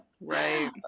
Right